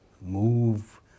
move